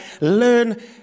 learn